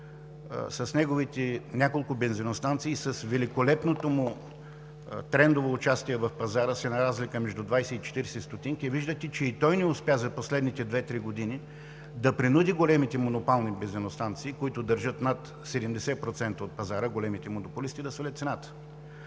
с неговите няколко бензиностанции, с великолепното му трендово участие в пазара, с една разлика между 20 и 40 стотинки, виждате, че и той не успя за последните 2 – 3 години да принуди големите монополни бензиностанции, които държат над 70% от пазара, големите монополисти, да свалят цената.